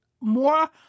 more